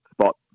spot